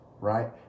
right